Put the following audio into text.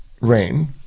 rain